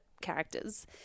characters